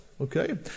okay